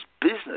business